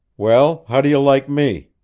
well, how do you like me?